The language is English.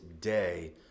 day